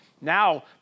Now